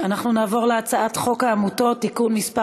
אנחנו נעבור להצעת חוק העמותות (תיקון מס'